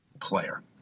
player